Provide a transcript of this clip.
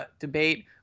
debate